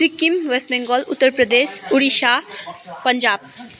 Sikkim west Bengal Uttar Pradesh Odisha Punjab